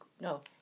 No